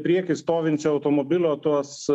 prieky stovinčio automobilio tuos